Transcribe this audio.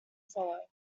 follow